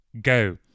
Go